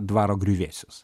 dvaro griuvėsius